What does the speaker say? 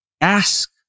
ask